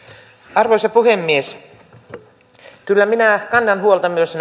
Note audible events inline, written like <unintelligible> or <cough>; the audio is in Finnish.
arvoisa puhemies kyllä minä kannan huolta myös <unintelligible>